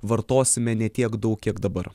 vartosime ne tiek daug kiek dabar